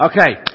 Okay